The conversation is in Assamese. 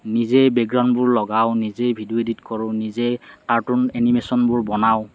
নিজে বেকগ্ৰাউণ্ডবোৰ লগাওঁ নিজে ভিডিঅ' ইডিট কৰোঁ নিজে কাৰ্টুন ইনিমেচনবোৰ বনাওঁ